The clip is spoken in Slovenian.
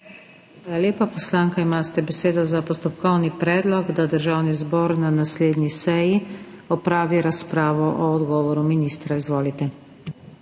lepa. Poslanka, imate besedo za postopkovni predlog, da Državni zbor na naslednji seji opravi razpravo o odgovoru ministra, izvolite.